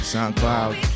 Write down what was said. SoundCloud